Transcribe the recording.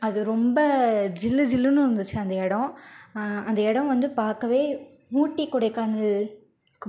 அது ரொம்ப ஜில்லு ஜில்லுன்னும் இருந்துச்சு அந்த இடம் அந்த இடம் வந்து பார்க்கவே ஊட்டி கொடைக்கானலுக்கு